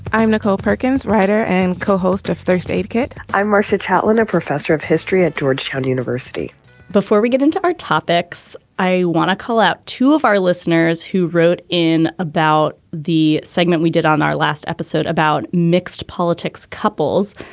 i'm nicole perkins writer and co-host of first aid kit i'm marsha catlin a professor of history at georgetown university before we get into our topics i want to cull out two of our listeners who wrote in about the segment we did on our last episode about mixed politics couples.